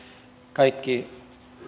kaikki